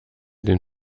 den